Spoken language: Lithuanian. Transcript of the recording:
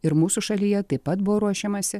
ir mūsų šalyje taip pat buvo ruošiamasi